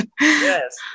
Yes